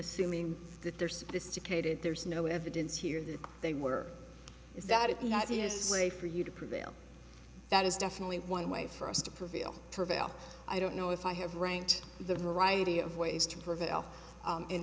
assuming that they're sophisticated there's no evidence here that they were is that it not he has to say for you to prevail that is definitely one way for us to prevail prevail i don't know if i have ranked the variety of ways to prevail